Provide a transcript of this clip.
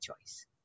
choice